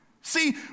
See